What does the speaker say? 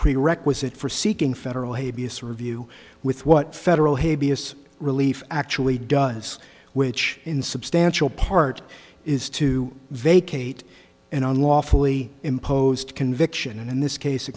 prerequisite for seeking federal habeas review with what federal habeas relief actually does which in substantial part is to vacate and unlawfully imposed conviction in this case a